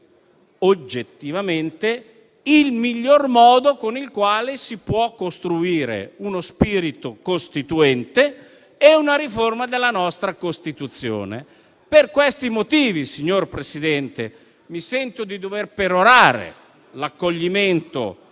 oggettivamente il miglior modo con il quale si può costruire uno spirito costituente e una riforma della nostra Costituzione. Per questi motivi, signor Presidente, mi sento di dover perorare l'accoglimento